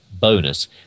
bonus